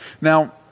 Now